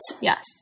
yes